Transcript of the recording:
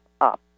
up